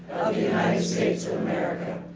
united states of america,